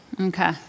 Okay